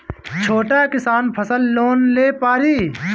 छोटा किसान फसल लोन ले पारी?